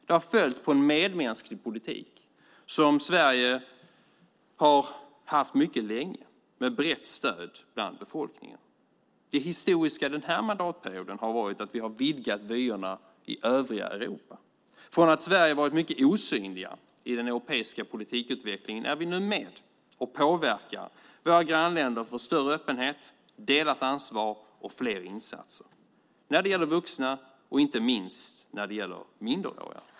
Det har följt på en medmänsklig politik som Sverige har haft mycket länge med brett stöd bland befolkningen. Det historiska den här mandatperioden har varit att vi har vidgat vyerna i övriga Europa. Från att vi i Sverige har varit mycket osynliga i den europeiska politikutvecklingen är vi nu med och påverkar våra grannländer för större öppenhet, delat ansvar och fler insatser när det gäller vuxna och inte minst när det gäller minderåriga.